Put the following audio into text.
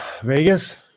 Vegas